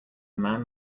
man